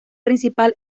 principal